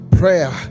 prayer